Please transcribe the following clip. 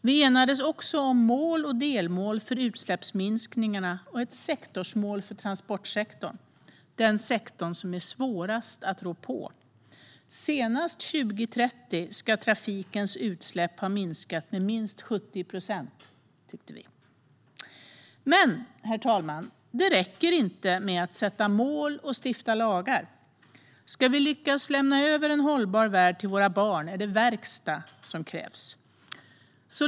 Vi enades också om mål och delmål för utsläppsminskningarna och ett sektorsmål för transportsektorn. Det är den sektor som är svårast att rå på. Senast 2030 ska trafikens utsläpp ha minskat med minst 70 procent, tyckte vi. Men, herr talman, det räcker inte med att sätta mål och stifta lagar. Ska vi lyckas lämna över en hållbar värld till våra barn är det verkstad som krävs.